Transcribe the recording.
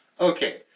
Okay